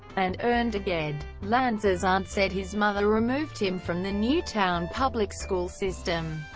and earned a ged. lanza's aunt said his mother removed him from the newtown public school system,